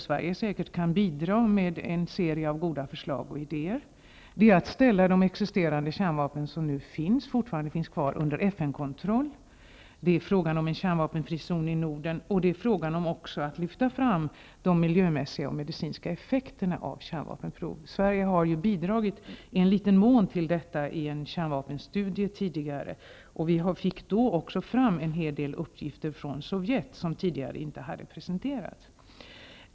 Sverige kan säkert också bidra med en serie av goda förslag och idéer. Det är fråga om att de kärnvapen som fortfarande finns kvar skall ställas under FN kontroll, det är fråga om en kärnvapenfri zon i Norden, och det är fråga om att lyfta fram de miljömässiga och medicinska effekterna av kärnvapenprov. Sverige har ju tidigare bidragit i någon mån till detta i en kärnvapenstudie. Vi fick då också fram en hel del uppgifter från Sovjet som tidigare inte hade presenterats.